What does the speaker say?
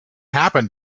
happen